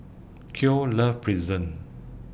Khloe loves Pretzel